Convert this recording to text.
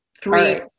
three